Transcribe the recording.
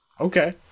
okay